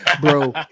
Bro